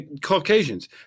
caucasians